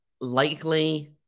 Likely